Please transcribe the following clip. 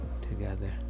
together